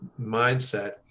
mindset